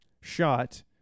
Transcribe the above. shot